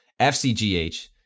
FCGH